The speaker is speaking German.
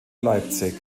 leipzig